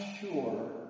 sure